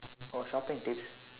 oh shopping tips